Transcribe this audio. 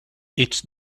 its